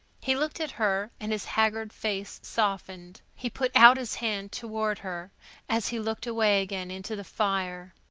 he looked at her and his haggard face softened. he put out his hand toward her as he looked away again into the fire.